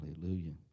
Hallelujah